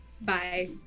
Bye